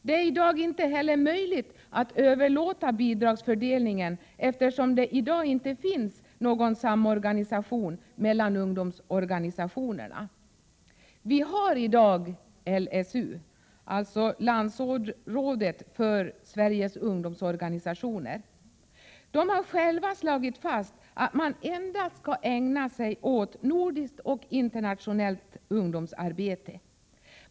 Det är i dag inte heller möjligt att överlåta bidragsfördelningen, eftersom det i dag inte finns någon samorganisation mellan ungdomsorganisationerna. Vi har i dag LSU, Landsrådet för Sveriges ungdomsorganisationer. Det har slagit fast att man endast skall ägna sig åt nordiskt och internationellt ungdomssamarbete.